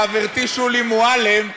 חברתי שולי מועלם,